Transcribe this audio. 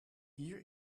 hier